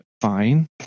fine